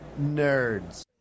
nerds